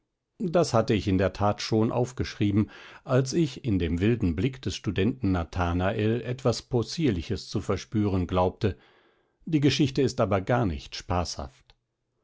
das hatte ich in der tat schon aufgeschrieben als ich in dem wilden blick des studenten nathanael etwas possierliches zu verspüren glaubte die geschichte ist aber gar nicht spaßhaft